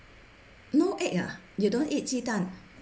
no egg ah you don't eat 鸡蛋